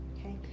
Okay